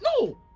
No